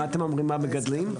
מה אומרים המגדלים?